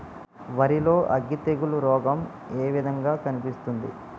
వరి లో అగ్గి తెగులు రోగం ఏ విధంగా కనిపిస్తుంది?